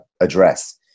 address